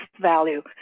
value